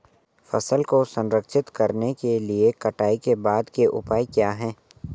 फसल को संरक्षित करने के लिए कटाई के बाद के उपाय क्या हैं?